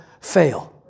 fail